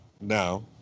now